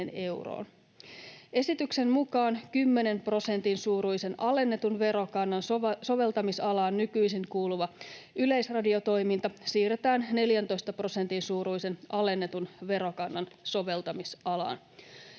Esityksen mukaan 10 prosentin suuruisen alennetun verokannan soveltamisalaan nykyisin kuuluva yleisradiotoiminta siirretään 14 prosentin suuruisen alennetun verokannan soveltamisalaan.